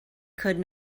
could